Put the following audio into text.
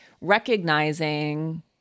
recognizing